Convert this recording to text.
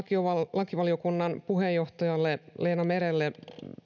lakivaliokunnan puheenjohtajalle leena merelle